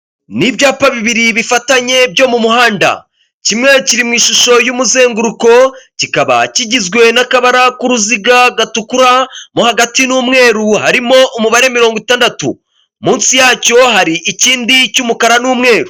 Ni ibyapa bibiri bifatanye, byo mu muhanda. Kimwe kiri mu ishusho y'umuzenguruko, kikaba kigizwe n'akabara k'uruziga gatukura, mo hagati ni umweru, harimo umubare mirongo itandatu. Munsi yacyo hari ikindi cy'umukara n'umweru.